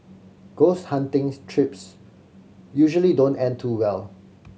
ghost hunting's trips usually don't end too well